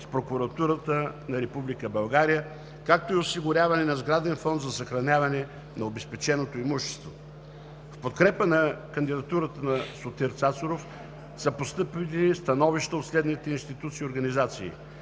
с Прокуратурата на Република България, както и осигуряване на сграден фонд за съхранение на обезпеченото имущество. В подкрепа на кандидатурата на Сотир Цацаров са постъпили становища от следните институции и организации: